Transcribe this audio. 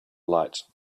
light